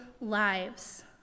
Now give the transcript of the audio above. lives